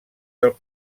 del